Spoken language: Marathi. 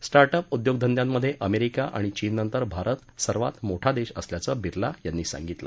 रूना अप उद्योगधंद्यांमधे अमेरिका आणि चीन नंतर भारत सर्वात मोठा देश असल्याचं बिर्ला यांनी सांगितलं